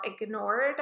ignored